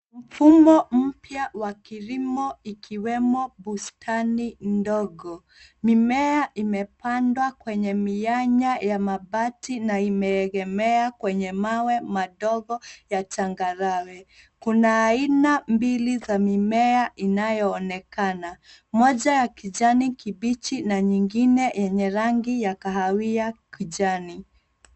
Mfumo mpya wa kilimo ikiwemo bustani ndogo. Mimea imepandwa kwenye miyanya ya mabati na imeegemea kwenye mawe madogo ya changarawe. Kuna aina mbili za mimea inayoonekana, moja ya kijani kibichi na nyingine yenye rangi ya kahawia kijani.